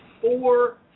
four